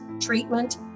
treatment